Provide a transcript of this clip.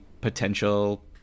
potential